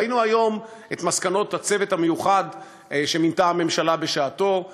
ראינו היום את מסקנות הצוות המיוחד שמינתה הממשלה בשעתו.